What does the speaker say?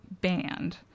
banned